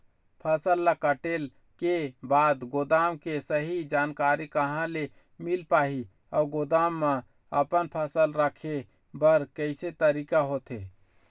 फसल ला कटेल के बाद गोदाम के सही जानकारी कहा ले मील पाही अउ गोदाम मा अपन फसल रखे बर कैसे तरीका होथे?